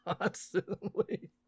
constantly